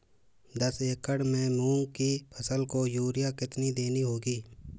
दस एकड़ में मूंग की फसल को यूरिया कितनी देनी होगी?